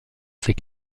ses